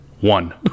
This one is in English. one